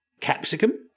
capsicum